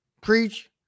Preach